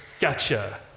gotcha